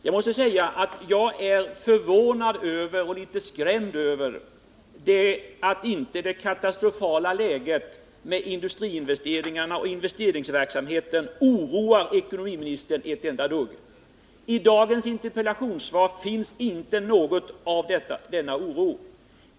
Jag måste säga att jag är förvånad och litet skrämd över att det katastrofala läget i fråga om industriinvesteringarna inte oroar ekonomiministern ett enda dugg. I dagens interpellationssvar finns inte något tecken på oro.